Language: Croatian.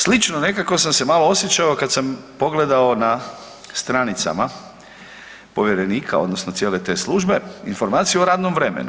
Slično nekako sam se malo osjećao kad sam pogledao na stranicama povjerenika odnosno cijele te službe informaciju o radnom vremenu.